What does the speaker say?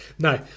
No